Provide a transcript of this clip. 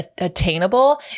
attainable